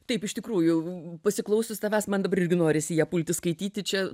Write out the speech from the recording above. taip iš tikrųjų pasiklausius tavęs man dabar irgi norisi ją pulti skaityti čia